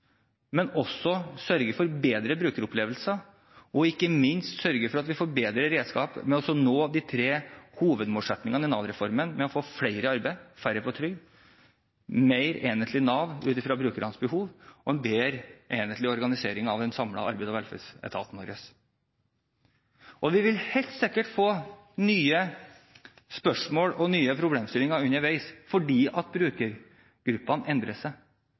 men også for å sørge for bedre brukeropplevelser og ikke minst sørge for at vi får bedre redskaper til å nå de tre hovedmålsettingene i Nav-reformen: å få flere i arbeid og færre på trygd, et mer enhetlig Nav ut fra brukernes behov og en bedre enhetlig organisering av den samlede arbeids- og velferdsetaten vår. Vi vil helt sikkert få nye spørsmål og nye problemstillinger underveis, fordi brukergruppene endrer seg.